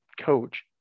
coach